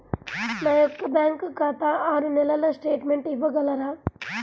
నా యొక్క బ్యాంకు ఖాతా ఆరు నెలల స్టేట్మెంట్ ఇవ్వగలరా?